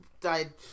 Died